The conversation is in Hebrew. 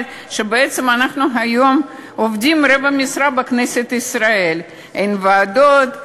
שבעצם אנחנו היום עובדים רבע משרה בכנסת ישראל: אין ועדות,